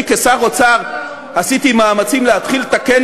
אני כשר אוצר עשיתי מאמצים להתחיל לתקן